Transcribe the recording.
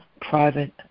private